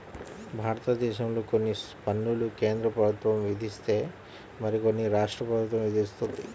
భారతదేశంలో కొన్ని పన్నులు కేంద్ర ప్రభుత్వం విధిస్తే మరికొన్ని రాష్ట్ర ప్రభుత్వం విధిస్తుంది